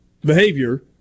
behavior